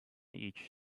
each